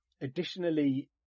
additionally